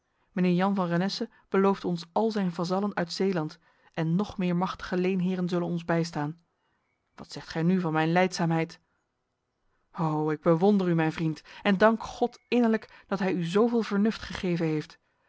mijnheer jan van renesse belooft ons al zijn vazallen uit zeeland en nog meer machtige leenheren zullen ons bijstaan wat zegt gij nu van mijn lijdzaamheid ho ik bewonder u mijn vriend en dank god innerlijk dat hij u zoveel vernuft gegeven heeft